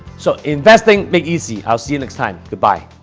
so investing make easy. i will see you next time goodbye